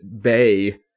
bay